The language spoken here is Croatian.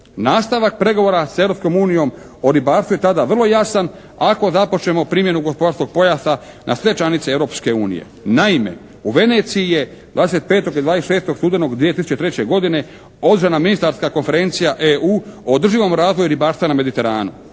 Nastavak pregovora sa Europskom unijom o ribarstvu je tada vrlo jasan ako započnemo primjenu gospodarskom pojasa na sve članice Europske unije. Naime, u Veneciji je 25. i 26. studenog 2003. godine održana ministarska konferencija EU o održivom razvoju ribarstva na Mediteranu.